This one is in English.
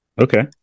Okay